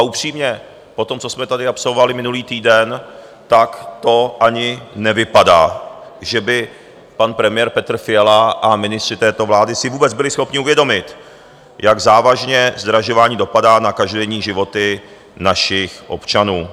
Upřímně, po tom, co jsme tady absolvovali minulý týden, tak to ani nevypadá, že by pan premiér Petr Fiala a ministři této vlády si vůbec byli schopni uvědomit, jak závažně zdražování dopadá na každodenní životy našich občanů.